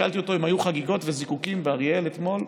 שאלתי אותו אם היו חגיגות וזיקוקים באריאל אתמול,